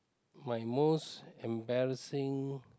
my most embarrassing